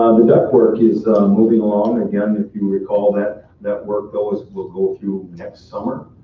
um the duct work is moving along, again, if you recall that, that work goes, will go through next summer.